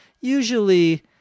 usually